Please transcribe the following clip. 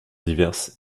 diverses